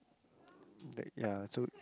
like yeah so